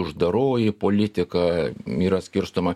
uždaroji politika yra skirstoma